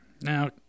Now